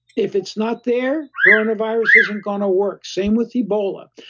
if it's not there, coronavirus isn't going to work, same with ebola.